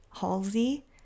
Halsey